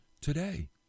today